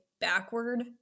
backward